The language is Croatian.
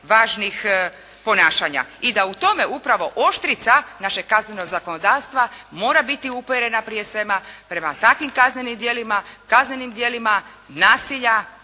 važnih ponašanja i da u tome upravo oštrica našeg kaznenog zakonodavstva mora biti uperena prije svega prema takvim kaznenim djelima nasilja,